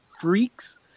freaks